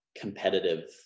competitive